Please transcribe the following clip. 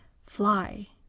fly,